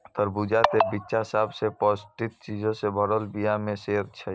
तरबूजा के बिच्चा सभ से पौष्टिक चीजो से भरलो बीया मे से एक छै